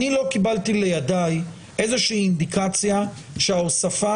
אני לא קיבלתי לידיי איזה שהיא אינדיקציה שההוספה